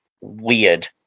weird